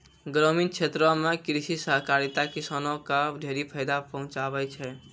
ग्रामीण क्षेत्रो म कृषि सहकारिता किसानो क ढेरी फायदा पहुंचाबै छै